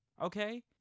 Okay